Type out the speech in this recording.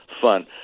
fun